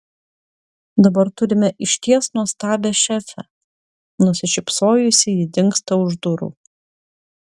dabar turime išties nuostabią šefę nusišypsojusi ji dingsta už durų